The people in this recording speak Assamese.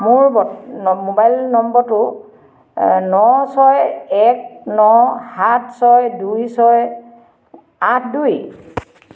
মোৰ বৰ্ত মোবাইল নম্বৰটো ন ছয় এক ন সাত ছয় দুই ছয় আঠ দুই